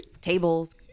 tables